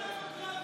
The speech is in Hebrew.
זאת לא דמוקרטיה.